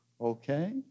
Okay